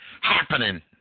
happening